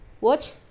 watch